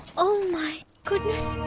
oh my goodness.